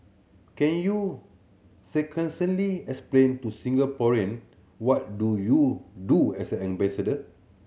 can you succinctly explain to Singaporean what do you do as an ambassador